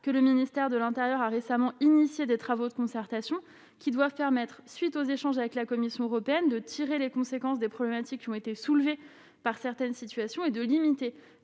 que le ministère de l'Intérieur a récemment initié des travaux de concertation qui doit faire naître suite aux échanges avec la Commission européenne de tirer les conséquences des problématiques qui ont été soulevées par certaines situations et de limiter,